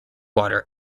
water